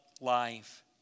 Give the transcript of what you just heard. life